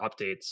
updates